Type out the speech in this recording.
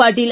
Patil